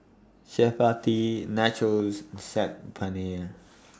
Chapati Nachos Saag Paneer